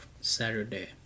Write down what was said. Saturday